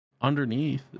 Underneath